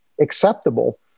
acceptable